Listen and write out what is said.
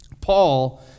Paul